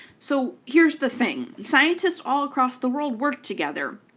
so here's the thing scientists all across the world work together,